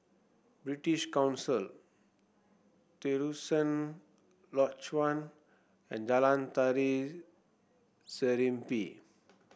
British Council Terusan Lodge One and Jalan Tari Serimpi